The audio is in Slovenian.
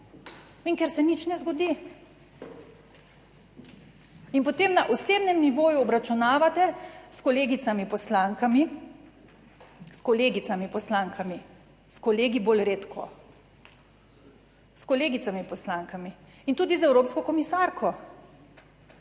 ker se nič ne zgodi. In potem na osebnem nivoju obračunavate s kolegicami poslankami, s kolegicami poslankami, s kolegi bolj redko, s kolegicami poslankami in tudi z evropsko komisarko,